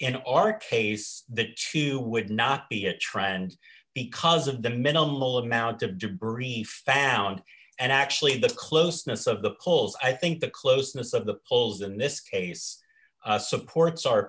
in our case that chew would not be a trend because of the minimal amount of debris found and actually the closeness of the polls i think the closeness of the polls in this case supports our